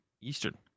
Eastern